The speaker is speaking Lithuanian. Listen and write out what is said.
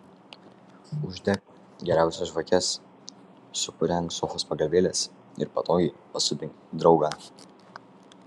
uždek geriausias žvakes supurenk sofos pagalvėles ir patogiai pasodink draugą